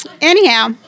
Anyhow